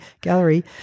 gallery